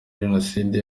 jenoside